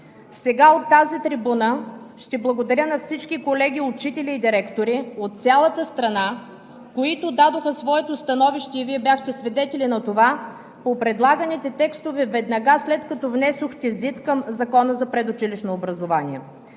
Сега от тази трибуна ще благодаря на всички колеги, учители и директори от цялата страна, които дадоха своето становище – и Вие бяхте свидетели на това – по предлаганите текстове веднага след като внесохте ЗИД към Закона за предучилищно образование.